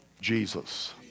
Jesus